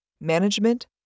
Management